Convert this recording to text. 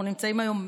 אנחנו נמצאים היום,